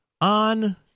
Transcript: on